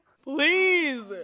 Please